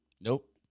Nope